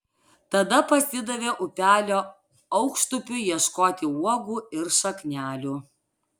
tada pasidavė upelio aukštupiu ieškoti uogų ir šaknelių